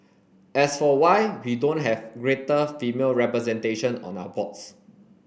as for why we don't have greater female representation on our boards